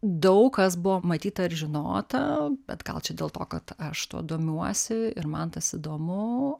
daug kas buvo matyta ir žinota bet gal čia dėl to kad aš tuo domiuosi ir man tas įdomu